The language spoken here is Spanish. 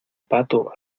pato